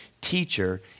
teacher